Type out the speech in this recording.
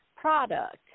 product